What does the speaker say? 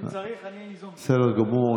בסדר גמור.